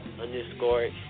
underscore